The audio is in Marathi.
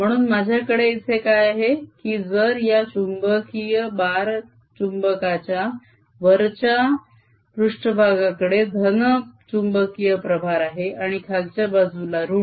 म्हणून माझ्याकडे इथे काय आहे की जर या चुंबकीय बार चुम्बकाच्या वरच्या पृष्ट्भागाकडे धन चुंबकीय प्रभार आहे आणि खालच्या बाजूला ऋण